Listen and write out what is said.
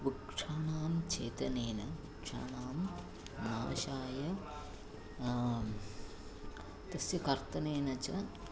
वृक्षाणां छेदनेन वृक्षाणां नाशाय तस्य कर्तनेन च